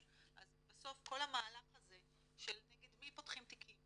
אז בסוף כל המהלך הזה של נגד מי פותחים תיקים,